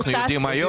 אנחנו יודעים היום,